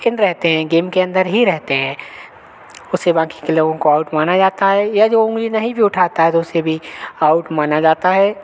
इन रहते हैं गेम के अंदर ही रहते हैं उसे बाकी के लोगों को आउट माना जाता है या जो उँगली नहीं भी उठाता है तो उसे भी आउट माना जाता है